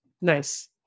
nice